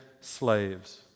slaves